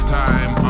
time